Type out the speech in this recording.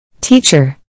Teacher